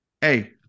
Hey